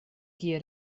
kie